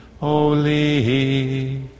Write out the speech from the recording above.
holy